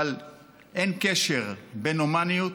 אבל אין קשר בין הומניות,